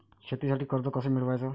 शेतीसाठी कर्ज कस मिळवाच?